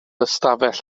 ystafell